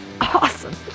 Awesome